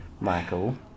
Michael